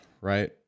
right